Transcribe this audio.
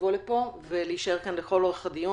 לבוא לפה ולהישאר כאן לכל אורך הדיון.